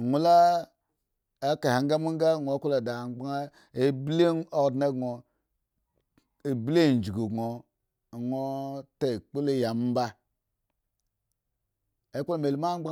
ekahe riga nibe nga won woba angbon a bli odne go abili a dugu gon won taakpu la yi amo ba, ekpa me lumaangba